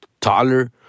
taller